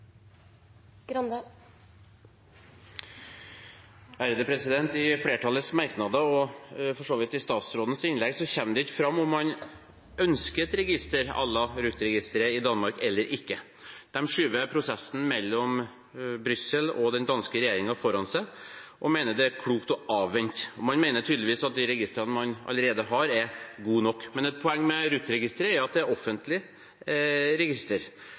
i Danmark eller ikke. De skyver prosessen mellom Brussel og den danske regjeringen foran seg og mener det er klokt å avvente. Man mener tydeligvis at de registrene man allerede har, er gode nok. Men et poeng med RUT-registeret er at det er et offentlig register,